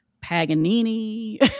Paganini